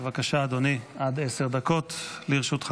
בבקשה, אדוני, עד עשר דקות לרשותך.